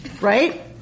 Right